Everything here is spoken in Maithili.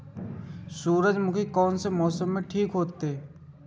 सूर्यमुखी कोन मौसम में ठीक होते?